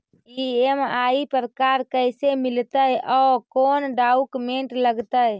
EMI पर car कैसे मिलतै औ कोन डाउकमेंट लगतै?